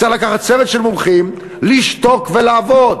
צריך לקחת צוות של מומחים, לשתוק ולעבוד.